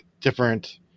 different